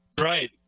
Right